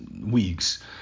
weeks